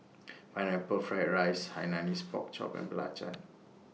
Pineapple Fried Rice Hainanese Pork Chop and Belacan